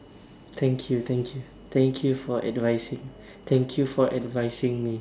thank you thank you thank you for advising thank you for advising me